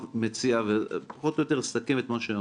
אציע ופחות או יותר אסכם את מה שאמרו.